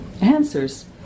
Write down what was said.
answers